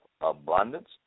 abundance